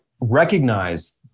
recognize